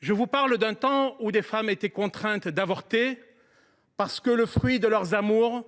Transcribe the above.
Je vous parle d’un temps où des femmes étaient contraintes d’avorter parce que le fruit de leurs amours